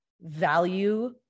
value